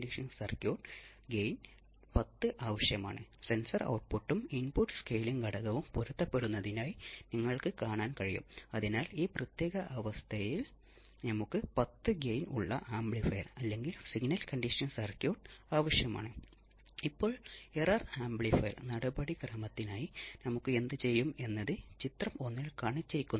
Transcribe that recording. RC phase shift ഓസിലേറ്ററിൽ റെസിസ്റ്ററുകളും കപ്പാസിറ്റൻസുകളും ചേർന്ന ഒരു ഫീഡ്ബാക്ക് നെറ്റ്വർക്കും ആംപ്ലിഫയറും അടങ്ങിയിരിക്കുന്നു